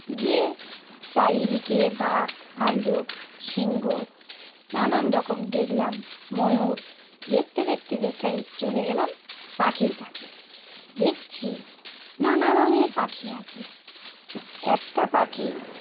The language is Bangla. গিয়ে চারিদিকে বাঘ ভাল্লুক সিংহ নানান রকম দেখলাম ময়ূর দেখতে দেখতে দেখে চলে গেলাম পাখির কাছে দেখছি নানা রঙের পাখি আছে একটা পাখি